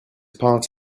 part